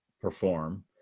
perform